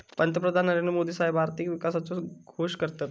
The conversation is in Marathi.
पंतप्रधान नरेंद्र मोदी साहेब आर्थिक विकासाचो घोष करतत